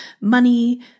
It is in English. money